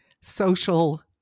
social